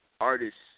artists